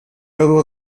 году